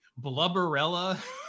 Blubberella